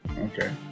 Okay